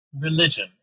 religion